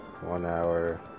one-hour